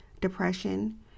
depression